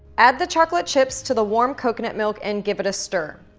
add the chocolate chips to the warm coconut milk, and give it a stir.